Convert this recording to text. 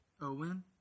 Owen